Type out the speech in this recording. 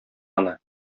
аны